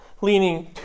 leaning